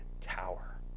tower